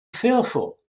fearful